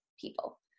people